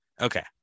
okay